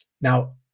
Now